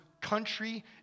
country